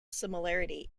similarity